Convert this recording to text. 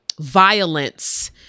violence